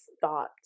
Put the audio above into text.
thought